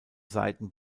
seiten